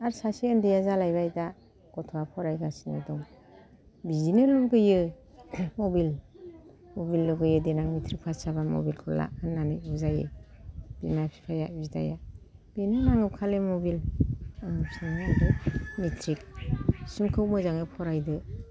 आर सासे ओनदैया जालायबाय दा गथ'आ फरायगासिनो दं बिदिनो लुबैयो मबाइल मबाइल लुबैयो देनां मेट्रक फास जाबा मबाइलखौ ला होननानै बुजायो बिमा बिफाया बिदाया बेनो नांगौ खालि मबाइल आंनि फिसालाया मेट्रिक सिमखौ मोजाङै फरायदो